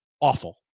Awful